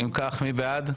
אם כך, מי בעד?